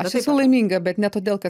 aš esu laiminga bet ne todėl kad